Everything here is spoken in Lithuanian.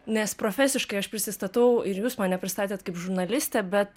nes profesiškai aš prisistatau ir jūs mane pristatėt kaip žurnalistę bet